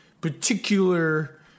particular